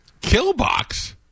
Killbox